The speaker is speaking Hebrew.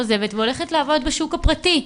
עוזבת והולכת לעבוד בשוק הפרטי,